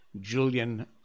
Julian